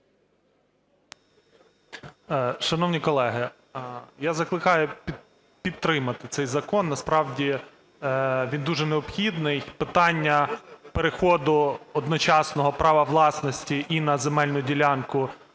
Шановні колеги, я закликаю підтримати цей закон. Насправді він дуже необхідний. Питання переходу одночасного права власності і на земельну ділянку,